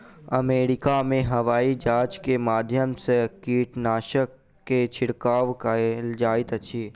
America में हवाईजहाज के माध्यम से कीटनाशक के छिड़काव कयल जाइत अछि